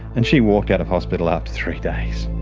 and she walked out of hospital after three days,